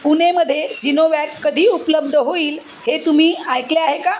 पुणेमध्ये झिनोवॅक कधी उपलब्ध होईल हे तुम्ही ऐकले आहे का